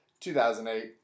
2008